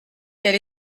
quel